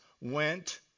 ...went